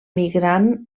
migrant